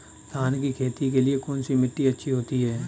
धान की खेती के लिए कौनसी मिट्टी अच्छी होती है?